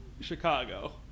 Chicago